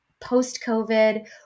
post-COVID